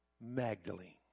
Magdalene